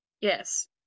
yes